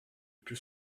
plus